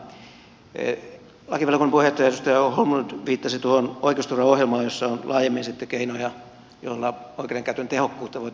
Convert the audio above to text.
lakivaliokunnan puheenjohtaja edustaja holmlund viittasi tuohon oikeusturvaohjelmaan jossa on laajemmin sitten keinoja joilla oikeudenkäytön tehokkuutta voitaisiin parantaa ja ongelmia poistaa